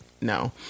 No